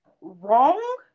wrong